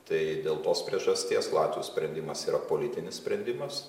tai dėl tos priežasties latvių sprendimas yra politinis sprendimas